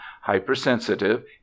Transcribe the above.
hypersensitive